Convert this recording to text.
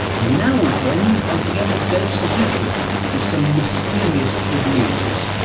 and now we end, once again, with dave suzuki and some mysterious good news,